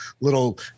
little